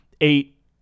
eight